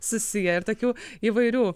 susiję ir tokių įvairių